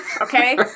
Okay